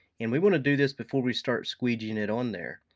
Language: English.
and we want to do this before we start squeegeeing it on there.